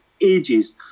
ages